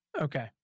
okay